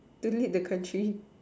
to lead the country